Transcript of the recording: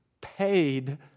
paid